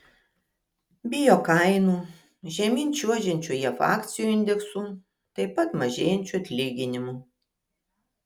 bijo kainų žemyn čiuožiančių jav akcijų indeksų taip pat mažėjančių atlyginimų